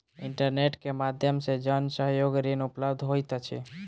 internet के माध्यम से जन सहयोग ऋण उपलब्ध होइत अछि